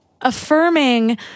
Affirming